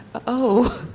oh.